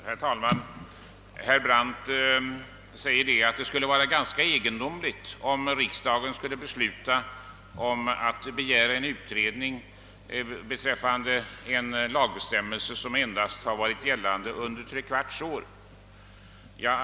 Herr talman! Herr Brandt menar att det skulle vara ganska egendomligt om riksdagen skulle besluta att begära en utredning beträffande en lagbestämmelse som endast har varit gällande under tre kvarts år.